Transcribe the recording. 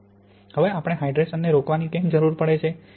હવે આપણે હાયડ્રેશન ને રોકવાની કેમ જરૂર પડે છે